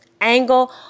angle